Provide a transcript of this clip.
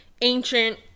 ancient